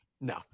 No